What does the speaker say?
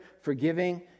forgiving